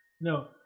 No